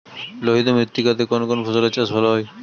লোহিত মৃত্তিকা তে কোন কোন ফসলের চাষ ভালো হয়?